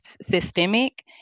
systemic